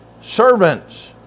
servants